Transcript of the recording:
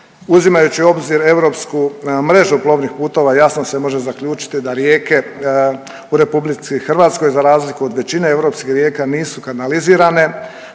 uzimajući u obzir europsku mrežu plovnih putova, jasno se može zaključiti da rijeke u RH za razliku od većine europskih rijeka nisu kanalizirane,